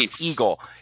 eagle